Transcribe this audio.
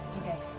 okay.